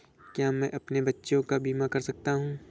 क्या मैं अपने बच्चों का बीमा करा सकता हूँ?